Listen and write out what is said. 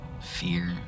Fear